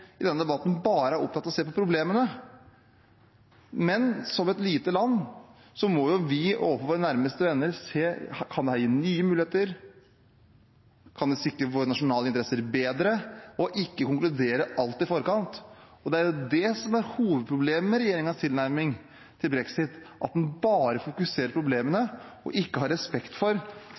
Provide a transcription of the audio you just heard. i denne debatten bare er opptatt av å se på problemene, men som et lite land må vi overfor våre nærmeste venner se om dette kan gi nye muligheter, om det kan sikre våre nasjonale interesser bedre – og ikke konkludere alt i forkant. Det er det som er hovedproblemet med regjeringens tilnærming til brexit, at man bare fokuserer på problemene og ikke har respekt for